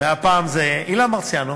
והפעם אלה אילן מרסיאנו